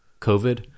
COVID